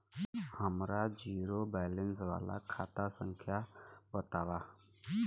हमार zero balance वाला खाता संख्या वतावा?